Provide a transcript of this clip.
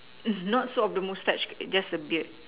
mm not so of the mustache just the beard